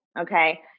Okay